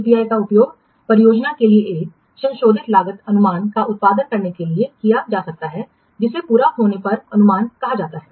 CPI का उपयोग परियोजना के लिए एक संशोधित लागत अनुमान का उत्पादन करने के लिए किया जा सकता है जिसे पूरा होने पर अनुमान कहा जाता है